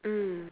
mm